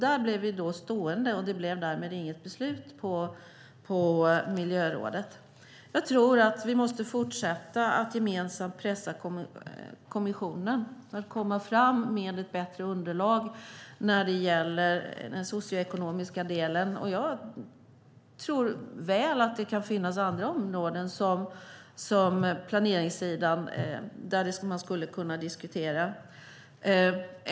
Där blev vi stående, och därmed blev det inget beslut på miljörådet. Jag tror att vi måste fortsätta att gemensamt pressa kommissionen att komma fram med ett bättre underlag när det gäller den socioekonomiska delen. Jag tror att det kan finnas andra områden på planeringssidan som man skulle kunna diskutera.